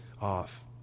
off